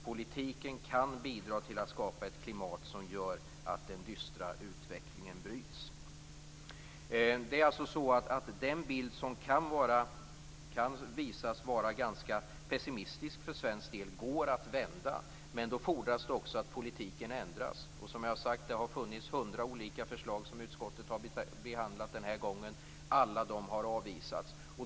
Politiken kan bidra till att skapa ett klimat som gör att den dystra utvecklingen bryts. Den bild som är ganska pessimistisk för svensk del går att vända, men då fordras också att politiken ändras. Som jag sade har det funnits hundra olika förslag som utskottet har behandlat. Alla har avvisats.